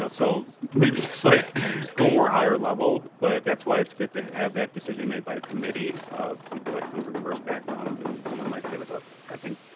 so so maybe just like go more higher level. but that's why it's good to have that decision made by a committee of people that come from diverse backgrounds. and someone might say like look, i think,